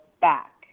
back